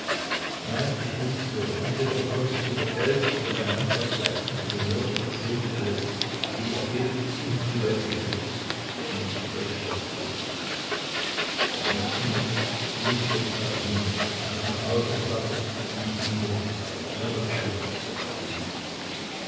nein ich will nichts hören entweder bekomme ich sofort das geld oder mein mann fährt gleich zum gouverneur und erzählt ihm alles wie ihr betet und die leute verführt und es wird euch schlecht gehen der arme pimen fiel schier die treppe hinunter er kam nach hause und sagte wie ich ihnen berichtet habe nur das eine wort nichts